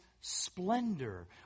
splendor